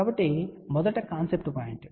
కాబట్టి మొదటి concept point